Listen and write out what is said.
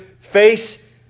face